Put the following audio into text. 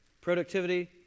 Productivity